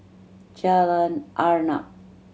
Jalan Arnap